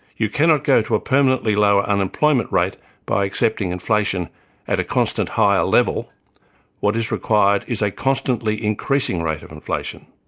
you cannot go to a permanently low unemployment rate by accepting inflation at a constant higher level what is required is a constantly increasing rate of inflation.